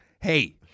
Hey